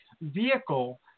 vehicle